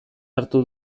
hartu